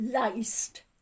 laced